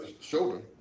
shoulder